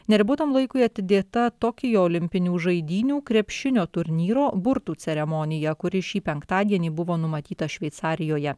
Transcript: neribotam laikui atidėta tokijo olimpinių žaidynių krepšinio turnyro burtų ceremonija kuri šį penktadienį buvo numatyta šveicarijoje